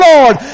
Lord